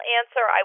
answer